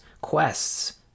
quests